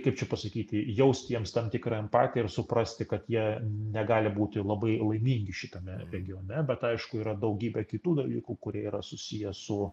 kaip čia pasakyti jaust jiems tam tikrą empatiją ir suprasti kad jie negali būti labai laimingi šitame regione bet aišku yra daugybė kitų dalykų kurie yra susiję su